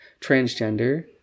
Transgender